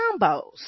combos